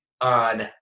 on